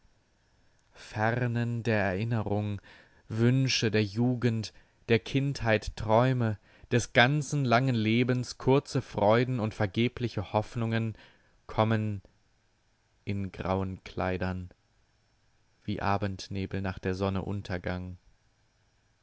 fernen der erinnerung wünsche der jugend der kindheit träume des ganzen langen lebens kurze freuden und vergebliche hoffnungen kommen in grauen kleidern wie abendnebel nach der sonne